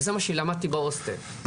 וזה מה שלמדתי בהוסטל.